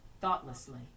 thoughtlessly